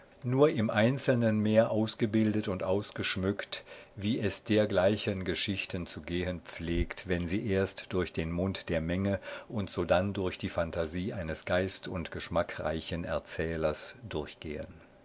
nur im einzelnen mehr ausgebildet und ausgeschmückt wie es dergleichen geschichten zu gehen pflegt wenn sie erst durch den mund der menge und sodann durch die phantasie eines geist und geschmackreichen erzählers durchgehen